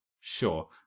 Sure